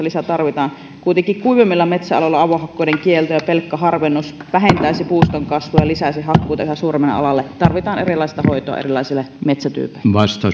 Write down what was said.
tarvitaan lisää kuitenkin kuivemmilla metsäalueilla avohakkuiden kielto ja pelkkä harvennus vähentäisivät puuston kasvua ja lisäisivät hakkuita yhä suuremmalle alalle tarvitaan erilaista hoitoa erilaisille metsätyypeille